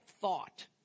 thought